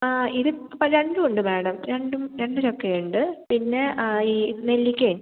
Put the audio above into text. ആ ഇതിപ്പം അപ്പം രണ്ടുമുണ്ട് മാഡം രണ്ടും രണ്ട് ചക്കയുണ്ട് പിന്നെ ആ ഈ നെല്ലിക്കേം